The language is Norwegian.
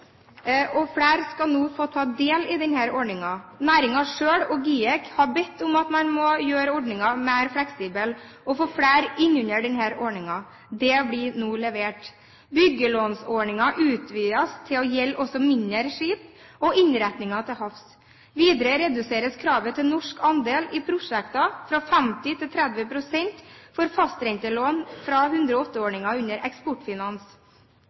skal nå få ta del i denne ordningen. Næringen selv og GIEK har bedt om at man må gjøre ordningen mer fleksibel og få flere inn under den. Det blir nå levert. Byggelånsordningen utvides til å gjelde også mindre skip og innretninger til havs. Videre reduseres kravet til norsk andel i prosjektene fra 50 pst. til 30 pst. for fastrentelån fra 108-ordningen under Eksportfinans. Og